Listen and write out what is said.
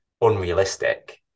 unrealistic